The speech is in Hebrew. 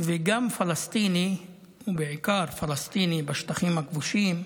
וגם פלסטיני, ובעיקר פלסטיני בשטחים הכבושים,